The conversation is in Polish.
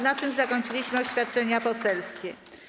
Na tym zakończyliśmy oświadczenia poselskie.